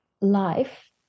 life